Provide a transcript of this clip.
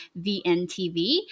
VNTV